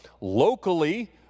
Locally